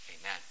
Amen